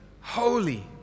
holy